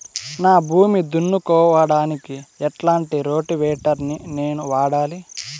నా భూమి దున్నుకోవడానికి ఎట్లాంటి రోటివేటర్ ని నేను వాడాలి?